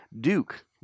duke